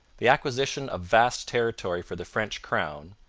the acquisition of vast territory for the french crown,